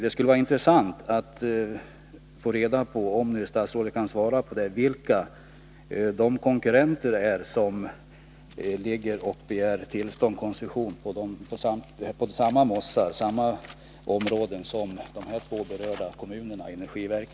Det skulle vara intressant att få reda på, om statsrådet kan svara på den frågan, vilka konkurrenterna är som begär koncession för samma områden som de två berörda kommunernas energiverk.